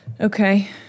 Okay